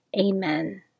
Amen